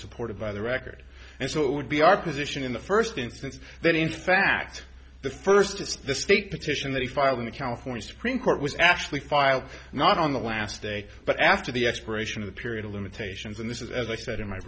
supported by the record and so it would be our position in the first instance that in fact the first is the state petition that he filed in the california supreme court was actually filed not on the last day but after the expiration of the period of limitations and this is as i said in my